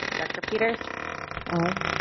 director peters aye.